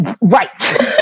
Right